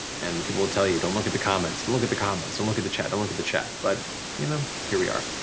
and people will tell you don't look at the comments, don't look at the comments, don't look at the chat, don't look at the chat, but you know here we are.